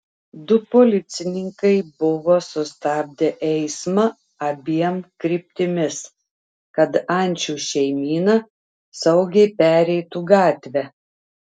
du policininkai buvo sustabdę eismą abiem kryptimis kad ančių šeimyna saugiai pereitų gatvę